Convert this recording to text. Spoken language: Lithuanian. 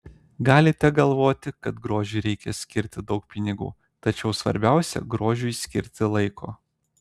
galite galvoti kad grožiui reikia skirti daug pinigų tačiau svarbiausia grožiui skirti laiko